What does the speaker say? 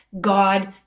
God